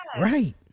right